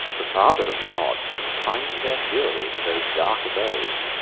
the father of the gods confin'd their fury to those dark abodes,